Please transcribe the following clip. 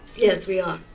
yes we are.